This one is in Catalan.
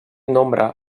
nombre